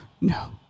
No